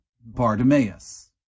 Bartimaeus